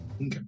Okay